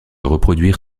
reproduire